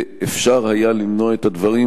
ואפשר היה למנוע את הדברים.